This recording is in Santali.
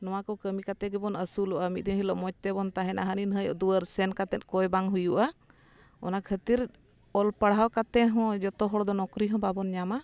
ᱱᱚᱣᱟ ᱠᱚ ᱠᱟᱹᱢᱤ ᱠᱟᱛᱮᱫ ᱜᱮᱵᱚᱱ ᱟᱹᱥᱩᱞᱚᱜᱼᱟ ᱢᱤᱫ ᱫᱤᱱ ᱦᱤᱞᱳᱜ ᱢᱚᱡᱽ ᱛᱮᱵᱚᱱ ᱛᱟᱦᱮᱱᱟ ᱦᱟᱹᱱᱤ ᱱᱟᱹᱭᱟᱜ ᱫᱩᱣᱟᱹᱨ ᱥᱮᱱ ᱠᱟᱛᱮᱫ ᱠᱚᱭ ᱵᱟᱝ ᱦᱩᱭᱩᱜᱼᱟ ᱚᱱᱟ ᱠᱷᱟᱹᱛᱤᱨ ᱚᱞ ᱯᱟᱲᱦᱟᱣ ᱠᱟᱛᱮᱫ ᱦᱚᱸ ᱡᱷᱚᱛᱚ ᱦᱚᱲ ᱫᱚ ᱱᱚᱠᱨᱤ ᱦᱚᱸ ᱵᱟᱵᱚᱱ ᱧᱟᱢᱟ